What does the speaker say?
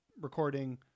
recording